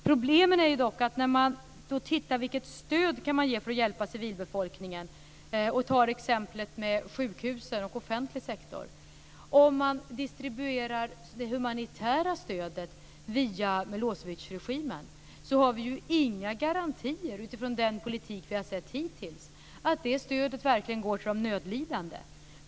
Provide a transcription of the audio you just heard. Problemen när man funderar över vilket stöd man kan ge för att hjälpa civilbefolkningen är dock, om vi tar exemplet med sjukhusen och offentlig sektor, att om man distribuerar det humanitära stödet via Milosevicregimen har vi inga garantier utifrån den politik vi har sett hittills att det stödet verkligen går till de nödlidande.